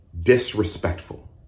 disrespectful